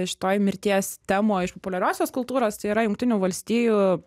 šitoj mirties temoj iš populiariosios kultūros tai yra jungtinių valstijų